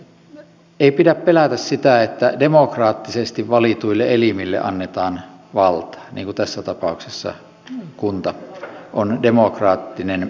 eli ei pidä pelätä sitä että demokraattisesti valituille elimille annetaan valta niin kuin tässä tapauksessa kunta on demokraattinen yksikkö